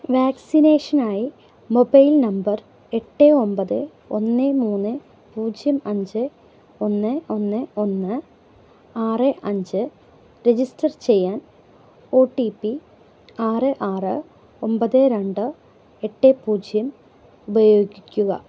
വാക്സിനേഷനായി mobile number എട്ട് ഒമ്പത് ഒന്ന് മൂന്ന് പൂജ്യം അഞ്ച് ഒന്ന് ഒന്ന് ഒന്ന് ആറ് അഞ്ച് രജിസ്റ്റർ ചെയ്യാൻ ഒ ട്ടി പി ആറ് ആറ് ഒമ്പത് രണ്ട് എട്ട് പൂജ്യം ഉപയോഗിക്കുക